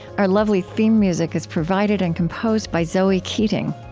our lovely theme music is provided and composed by zoe keating.